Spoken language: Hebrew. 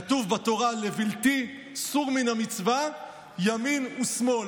כתוב בתורה "לבלתי סור מן המצוה ימין ושמאול".